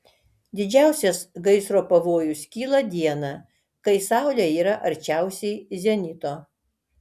didžiausias gaisro pavojus kyla dieną kai saulė yra arčiausiai zenito